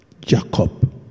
Jacob